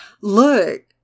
look